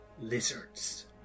Lizards